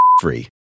free